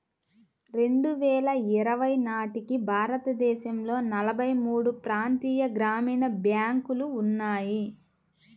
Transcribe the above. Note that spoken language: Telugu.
రెండు వేల ఇరవై నాటికి భారతదేశంలో నలభై మూడు ప్రాంతీయ గ్రామీణ బ్యాంకులు ఉన్నాయి